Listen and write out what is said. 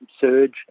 surge